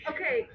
Okay